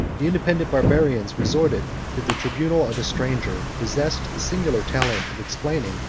the independent barbarians resorted to the tribunal of a stranger, who possessed the singular talent of explaining,